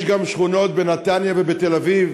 יש גם שכונות בנתניה ובתל-אביב,